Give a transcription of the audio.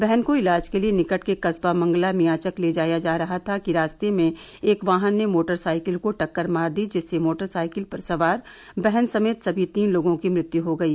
बहन को इलाज के लिए निकट के कस्बा मंगला मियाचक ले जाया जा रहा था कि रास्ते में एक वाहन ने मोटरसाइकिल को टक्कर मार दी जिससे मोटरसाइकिल पर सवार बहन समेत सभी तीन लोगों की मृत्यु हो गयी